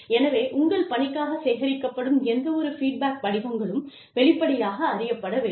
எனவே உங்கள் பணிக்காக சேகரிக்கப்படும் எந்தவொரு ஃபீட்பேக் படிவங்களும் வெளிப்படையாக அறியப்பட வேண்டும்